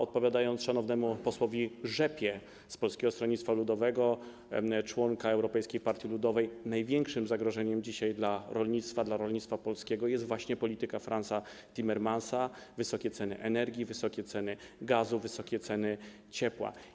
Odpowiem szanownemu posłowi Rzepie z Polskiego Stronnictwa Ludowego, członkowi Europejskiej Partii Ludowej: największym zagrożeniem dla rolnictwa, dla rolnictwa polskiego jest dzisiaj właśnie polityka Fransa Timmermansa, wysokie ceny energii, wysokie ceny gazu, wysokie ceny ciepła.